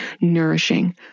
nourishing